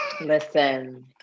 listen